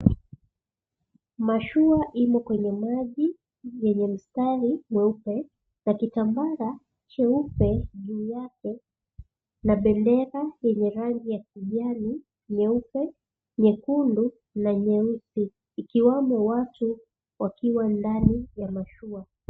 Mashua iko kwenye maji yenye msitari mweupe kitambara yake nyeuoe na bendera ya rangi ya kijani, nyeupe, nyekundu na nyeusi ikiwemo watu wakiwa ndani ya mashua.